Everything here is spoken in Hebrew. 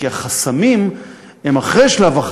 כי החסמים הם אחרי שלב,